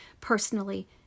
personally